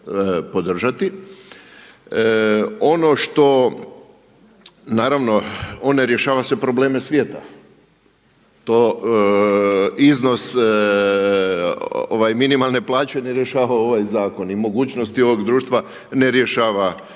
Ono što, naravno on ne rješava sve probleme svijeta, to iznos minimalne plaće ne rješava ovaj zakon i mogućnosti ovog društva ne rješava ovaj zakon